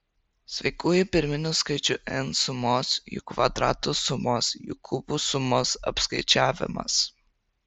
sveikųjų pirminių skaičių n sumos jų kvadratų sumos jų kubų sumos apskaičiavimas